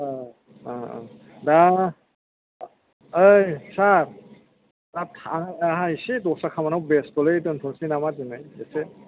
ओह ओह ओह दा ओइ सार दा थां आहा एसे दस्रा खामानियाव बेस्थ'लै दोन्थ'सै नामा दिनै एसे